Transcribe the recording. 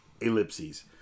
Ellipses